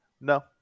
No